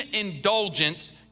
indulgence